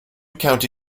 county